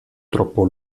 troppo